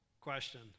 Question